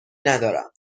ندارم